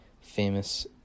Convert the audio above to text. famous